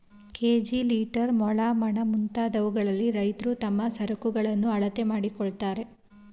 KG, litre, ಮೊಳ, ಮಣ, ಮುಂತಾದವುಗಳಲ್ಲಿ ರೈತ್ರು ತಮ್ಮ ಸರಕುಗಳನ್ನು ಅಳತೆ ಮಾಡಿಕೊಳ್ಳುತ್ತಾರೆ